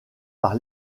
par